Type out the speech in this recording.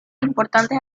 importantes